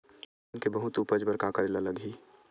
धान के बहुत उपज बर का करेला लगही?